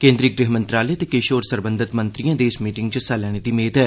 केन्द्री गृह मंत्रालय ते किश होर सरबंधत मंत्रिएं दे इस मीटिंग च हिस्सा लैने दी मेद ऐ